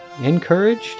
encouraged